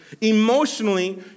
emotionally